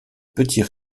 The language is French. petit